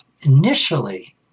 initially